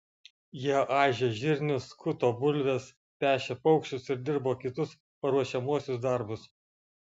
jie aižė žirnius skuto bulves pešė paukščius ir dirbo kitus paruošiamuosius darbus